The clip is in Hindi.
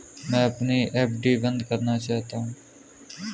मैं अपनी एफ.डी बंद करना चाहता हूँ